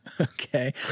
okay